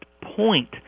point